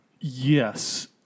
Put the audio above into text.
Yes